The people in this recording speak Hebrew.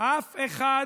-- "התותח הקדוש".